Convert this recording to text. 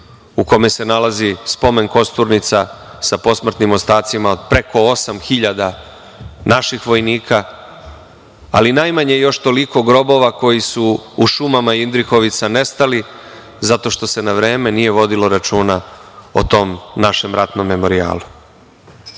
u kome se nalazi spomen kosturnica sa posmrtnim ostacima od preko osam hiljada naših vojnika, ali najmanje još toliko grobova koji su u šumama „Indrihovica“ nestali zato što se na vreme nije vodilo računa o tom našem ratnom memorijalu. Zato